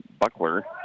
Buckler